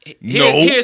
No